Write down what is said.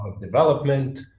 development